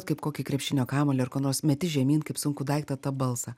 kaip kokį krepšinio kamuolį ar ką nors meti žemyn kaip sunkų daiktą tą balsą